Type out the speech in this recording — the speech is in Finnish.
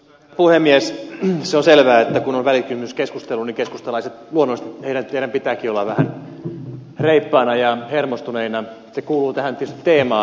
se on selvää että kun on välikysymyskeskustelu niin keskustalaiset luonnollisesti teidän pitääkin olla vähän reippaina ja hermostuneina se kuuluu tietysti teemaan